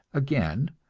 again,